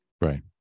Right